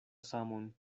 samon